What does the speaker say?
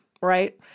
right